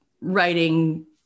writing